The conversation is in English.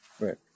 Right